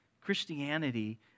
Christianity